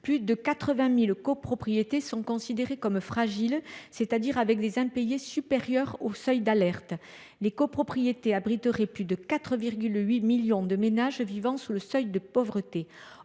Plus de 80 000 copropriétés sont considérées comme fragiles, c’est à dire présentent des impayés supérieurs au seuil d’alerte ; elles abritent plus de 4,8 millions de ménages vivant sous le seuil de pauvreté.